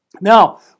Now